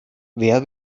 wer